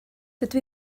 dydw